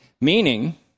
Meaning